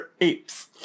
apes